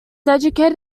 educated